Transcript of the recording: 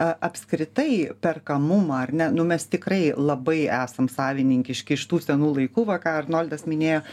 apskritai perkamumą ar ne nu mes tikrai labai esam savininkiški iš tų senų laikų va ką arnoldas minėjo